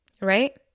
Right